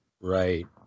right